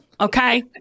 Okay